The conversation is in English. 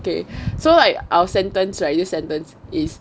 okay so right our sentence this sentence is